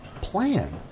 plan